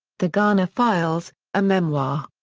the garner files a memoir.